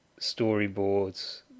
storyboards